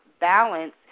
balance